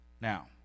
Now